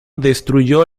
destruyó